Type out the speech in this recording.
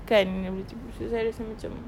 kan yang kecil-kecil saya rasa macam